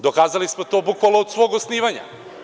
Dokazali smo to bukvalno od svog osnivanja.